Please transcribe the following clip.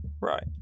Right